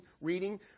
reading